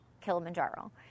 Kilimanjaro